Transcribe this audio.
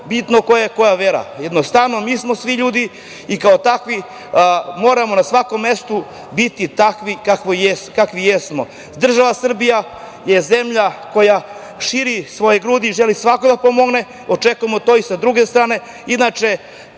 bitno ko je koje vere. Jednostavno, mi smo svi ljudi i kao takvi moramo na svakom mestu biti takvi kakvi jesmo. Država Srbija je zemlja koja širi svoje grudi i želi svakom da pomogne. Očekujemo to i sa druge strane.